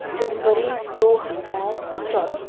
جنوری دو ہزار چودہ